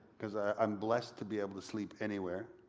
cause i'm blessed to be able to sleep anywhere,